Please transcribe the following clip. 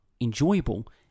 enjoyable